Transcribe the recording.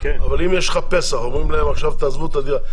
אבל אם יש לך פסח ואומרים להם לעזוב את הדירה.